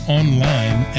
online